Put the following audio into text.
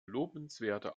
lobenswerte